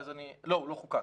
לא, הוא לא חוקק.